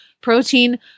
protein